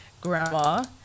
grandma